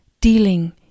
dealing